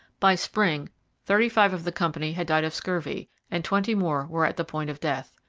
by spring thirty-five of the company had died of scurvy and twenty more were at the point of death.